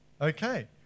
Okay